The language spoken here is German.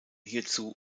hierzu